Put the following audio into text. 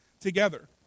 together